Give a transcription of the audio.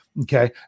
okay